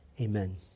Amen